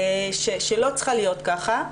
שלא צריכה להיות ככה.